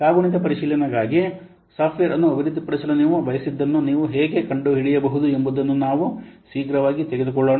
ಕಾಗುಣಿತ ಪರಿಶೀಲನೆಗಾಗಿ ಸಾಫ್ಟ್ವೇರ್ ಅನ್ನು ಅಭಿವೃದ್ಧಿಪಡಿಸಲು ನೀವು ಬಯಸಿದ್ದನ್ನು ನೀವು ಹೇಗೆ ಕಂಡುಹಿಡಿಯಬಹುದು ಎಂಬುದನ್ನು ನಾವು ಶೀಘ್ರವಾಗಿ ತೆಗೆದುಕೊಳ್ಳೋಣ